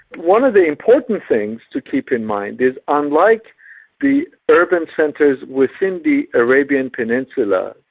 one of the important things to keep in mind is unlike the urban centres within the arabian peninsula,